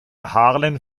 harlan